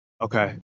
okay